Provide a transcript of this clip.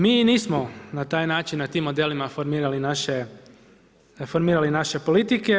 Mi nismo na taj način na tim modelima formirali naše politike.